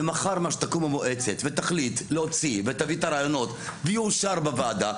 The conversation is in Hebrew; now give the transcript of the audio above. ומחר תקום המועצה ותחליט להוציא ותביא את הרעיונות ויאושר בוועדה,